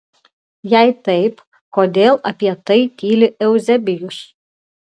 jei taip kodėl apie tai tyli euzebijus